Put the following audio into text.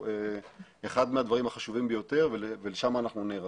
אחד מהדברים החשובים ביותר ולשם אנחנו נערכים.